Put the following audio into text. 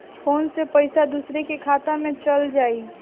Phone से पईसा दूसरे के खाता में चल जाई?